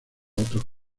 otros